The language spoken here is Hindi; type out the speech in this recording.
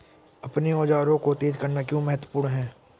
अपने औजारों को तेज करना क्यों महत्वपूर्ण है?